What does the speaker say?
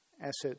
assets